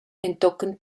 entochen